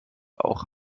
auch